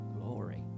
Glory